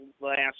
last